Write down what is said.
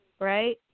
Right